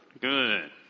Good